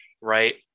right